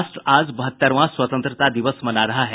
राष्ट्र आज बहत्तरवां स्वतंत्रता दिवस मना रहा है